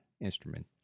instrument